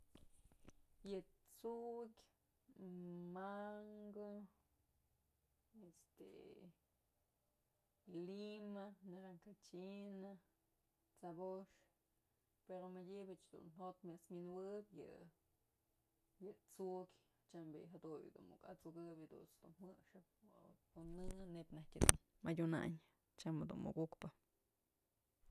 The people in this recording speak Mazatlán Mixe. Yë t'sukyë, mankë, este lima, naranja china, t'sabox, pero madyëbëch dun jo'ot mas wi'injuëb yë t'sukyë tyam bi'i jaduyë muk at'sukëbyë jadunt's dun jëxëp o në nebyë najtyë dun madyunayn.